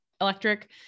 electric